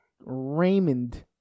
Raymond